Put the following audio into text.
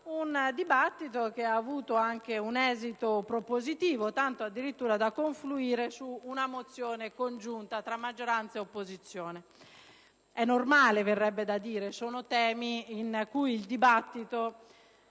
un dibattito che ha avuto anche un esito propositivo, tanto da confluire addirittura su una mozione congiunta tra maggioranza e opposizione. È normale, verrebbe da dire, perché sono temi per i quali il dibattito